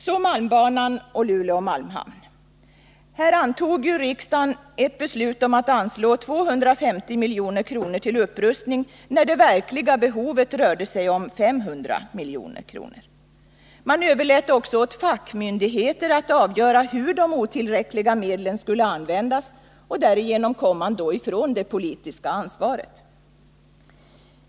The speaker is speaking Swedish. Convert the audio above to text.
Så malmbanan och Luleå malmhamn. Här fattade riksdagen ett beslut att anslå 250 milj.kr. till upprustning, trots att det verkliga behovet rörde sig om 500 milj.kr. Man överlät också åt fackmyndigheter att avgöra hur de otillräckliga medlen skulle användas och kom därigenom ifrån det politiska ansvaret.